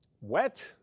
Wet